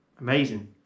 amazing